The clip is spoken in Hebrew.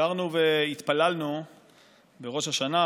שרנו והתפללנו בראש השנה,